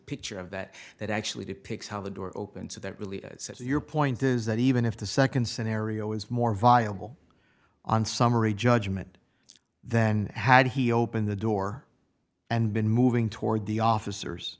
picture of that that actually depicts how the door opened so that really set your point is that even if the second scenario is more viable on summary judgment then had he opened the door and been moving toward the officers